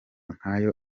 nkayo